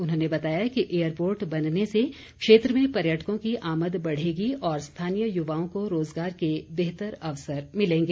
उन्होंने बताया कि एयरपोर्ट बनने से क्षेत्र में पर्यटकों की आमद बढ़ेगी और स्थानीय युवाओं को रोजगार के बेहतर अवसर मिलेंगे